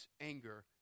anger